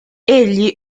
egli